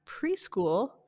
preschool